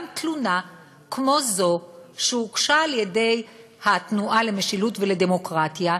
תלונה כמו זו שהוגשה על-ידי התנועה למשילות ולדמוקרטיה.